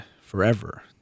forever